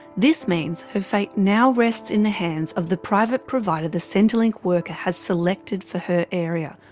this means her fate now rests in the hands of the private provider the centrelink worker has selected for her area,